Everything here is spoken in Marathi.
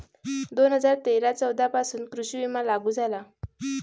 दोन हजार तेरा चौदा पासून कृषी विमा लागू झाला